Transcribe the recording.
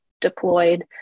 deployed